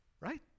Right